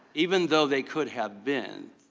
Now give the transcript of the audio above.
even though they could have been.